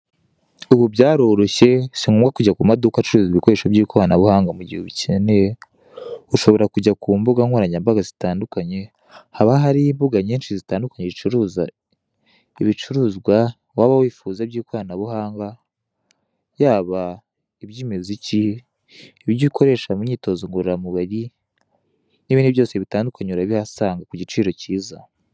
Ubu byaroroshye si ngombwa kujya ku maduka acuruza ibikoresho by'ikoranabuhanga mu gihe ubukene ushobora kujya ku mbuga nkoranyambaga zitandukanye haba hari imbuga nyinshi zitandukanye zicuruza ibicuruzwa waba wifuza by'ikoranabuhanga byaba iby' imiziki iby' ukoresha mu myitozo ngororamubiri n'ibindi byose bitandukanye urabihasanga ku giciro cyiza